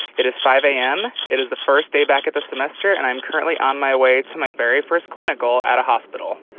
it is five a m. it is the first day back of the semester, and i'm currently on my way to my very first clinical at a hospital.